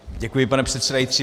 Děkuji, pane předsedající.